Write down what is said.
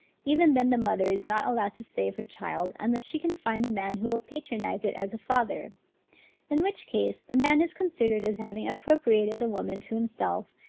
even then the mother is not allowed to save her child, unless she can find a man who will patronise it as a father in which case, the man is considered as having appropriated the woman to himself,